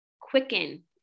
quicken